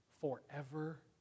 forever